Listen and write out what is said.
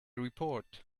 report